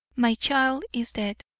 my child is dead.